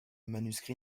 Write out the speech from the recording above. manuscrit